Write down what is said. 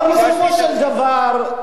אבל בסופו של דבר,